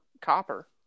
copper